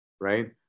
right